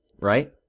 Right